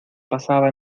pasaba